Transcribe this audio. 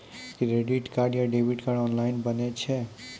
Credit card या debit card online बनै छै?